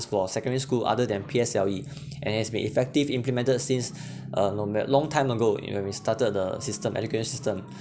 for secondary school other than P_S_L_E and it has been effective implemented since a longer long time ago in when we started the system education system